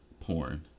Porn